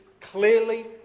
clearly